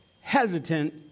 hesitant